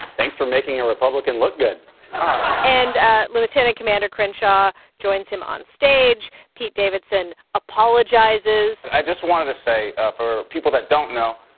thanks for making a republican look good and ah lt. cmdr. and um and crenshaw joins him on stage. pete davidson apologizes i just wanted to say, ah for people that don't know,